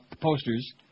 posters